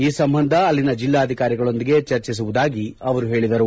ಈ ಸಂಬಂಧ ಅಲ್ಲಿನ ಜಿಲ್ಲಾಧಿಕಾರಿಗಳೊಂದಿಗೆ ಚರ್ಚಿಸುವುದಾಗಿ ಹೇಳಿದರು